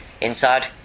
Inside